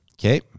okay